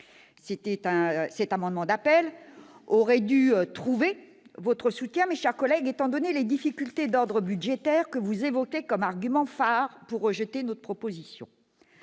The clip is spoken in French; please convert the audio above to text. Cet amendement d'appel aurait dû trouver votre soutien, mes chers collègues, étant donné les difficultés d'ordre budgétaire que vous évoquez comme argument phare pour rejeter notre proposition.